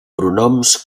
pronoms